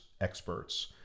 experts